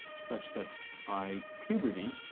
such that by puberty,